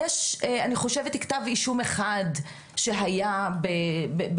אני חושבת שיש כתב אישום אחד שהיה באמת,